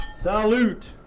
Salute